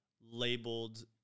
labeled